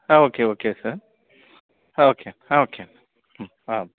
okay okay sir okay అండి okay అండి